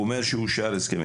הוא אומר שאושר הסכם.